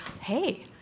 hey